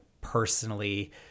personally